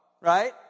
right